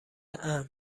امن